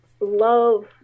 love